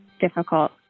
difficult